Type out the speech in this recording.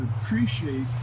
appreciate